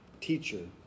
teacher